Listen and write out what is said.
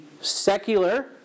secular